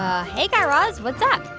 ah hey, guy raz. what's up?